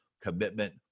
commitment